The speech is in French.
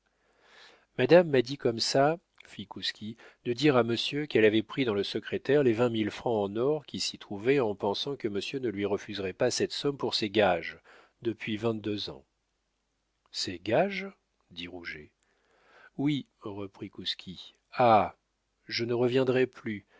madame m'a dit comme ça fit kouski de dire à monsieur qu'elle avait pris dans le secrétaire les vingt mille francs en or qui s'y trouvaient en pensant que monsieur ne lui refuserait pas cette somme pour ses gages depuis vingt-deux ans ses gages dit rouget oui reprit kouski ah je ne reviendrai plus